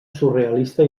surrealista